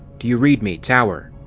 do you read me, tower?